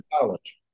college